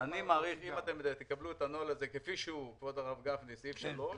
אם תקבלו את הנוהל הזה כפי שהוא סעיף 3,